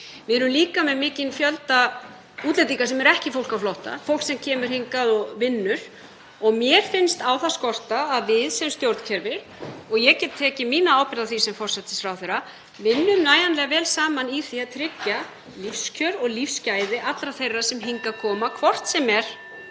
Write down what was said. Við erum líka með mikinn fjölda útlendinga sem ekki er fólk á flótta, fólk sem kemur hingað og vinnur. Mér finnst á það skorta að við sem stjórnkerfi — og ég get tekið mína ábyrgð á því sem forsætisráðherra — vinnum nægjanlega vel saman í því að tryggja lífskjör og lífsgæði allra þeirra sem hingað koma, (Forseti